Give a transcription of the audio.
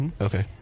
Okay